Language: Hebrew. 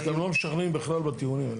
אתם לא משכנעים בכלל בטיעונים.